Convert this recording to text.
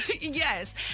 Yes